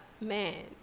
Man